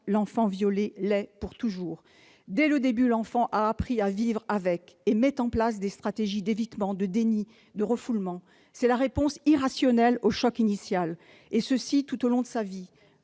l'enfant violé l'est pour toujours ! Dès le début, l'enfant a appris à vivre avec et met en place des stratégies d'évitement, de déni, de refoulement. C'est la réponse irrationnelle au choc initial, et cela tout au long de sa vie.